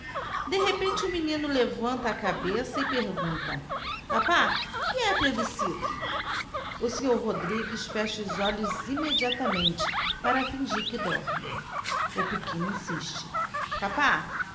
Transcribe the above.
de repente o menino levanta a cabeça e pergunta tapá que o st rodrigues fecha os olhos immediatamente para fingir que dorme o pequeno insiste papá